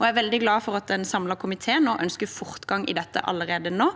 Jeg er veldig glad for at en samlet komité ønsker fortgang i dette allerede nå,